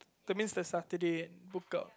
that means the Saturday book out